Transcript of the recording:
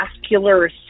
vascular